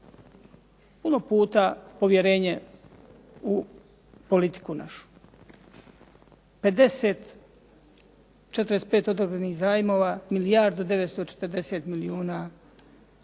puno puta povjerenje u politiku našu. 50, 45 odobrenih zajmova, milijardu 940 milijuna